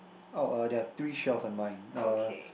oh uh there are three shells on mine uh